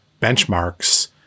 benchmarks